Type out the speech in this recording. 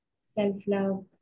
self-love